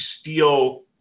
steal